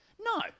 no